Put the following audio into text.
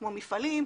כמו מפעלים,